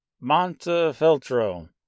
Montefeltro